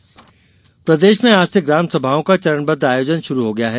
ग्रामसभा प्रदेश में आज से ग्राम सभाओं का चरणबद्व आयोजन शुरू हो गया है